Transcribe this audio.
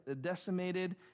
decimated